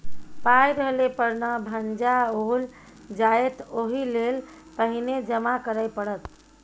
पाय रहले पर न भंजाओल जाएत ओहिलेल पहिने जमा करय पड़त